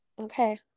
Okay